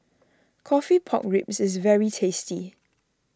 Coffee Pork Ribs is very tasty